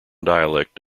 dialect